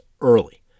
early